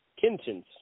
Kitchens